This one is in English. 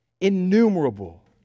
innumerable